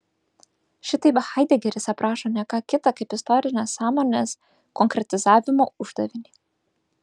šitaip haidegeris aprašo ne ką kita kaip istorinės sąmonės konkretizavimo uždavinį